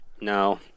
no